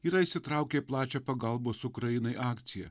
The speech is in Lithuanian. yra įsitraukę į plačią pagalbos ukrainai akciją